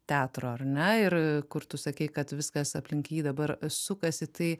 teatro ar ne ir kur tu sakei kad viskas aplink jį dabar sukasi tai